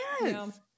yes